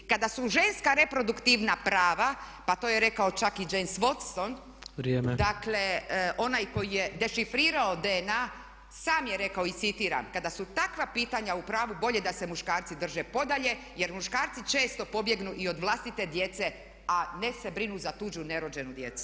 Kada su ženska reproduktivna prava pa to je rekao čak i James Woodson, dakle onaj koji je dešifrirao DNA sam je rekao i citiram „Kada su takva pitanja u pravu bolje da se muškarci drže podalje jer muškarci često pobjegnu i od vlastite djece a ne se brinu za tuđu nerođenu djecu.